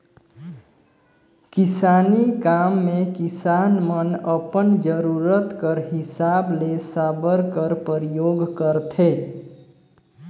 किसानी काम मे किसान मन अपन जरूरत कर हिसाब ले साबर कर परियोग करथे